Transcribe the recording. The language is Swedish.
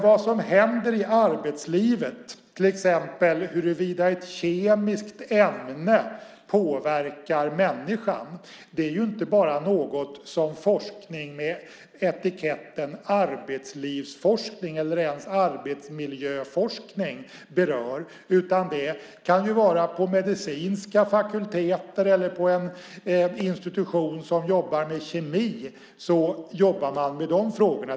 Vad som händer i arbetslivet, till exempel huruvida ett kemiskt ämne påverkar människan, är inte bara något som forskning med etiketten arbetslivsforskning eller ens arbetsmiljöforskning berör. Det kan vara på medicinska fakulteter eller på en institution som jobbar med kemi som man jobbar med de frågorna.